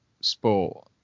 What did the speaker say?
sport